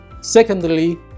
Secondly